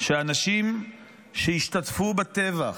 שהאנשים שהשתתפו בטבח,